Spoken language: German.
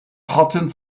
harten